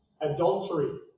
Adultery